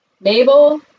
Mabel